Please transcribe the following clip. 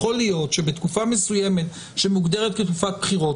יכול להיות שבתקופה מסוימת שמוגדרת כתקופת בחירות,